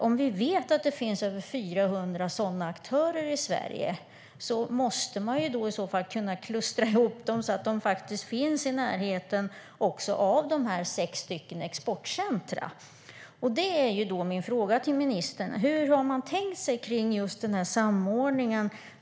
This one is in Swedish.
Om vi vet att det finns över 400 sådana aktörer i Sverige måste de kunna klustras ihop så att de finns i närheten av de sex exportcentrumen. Min fråga till ministern är: Hur har man tänkt sig samordningen?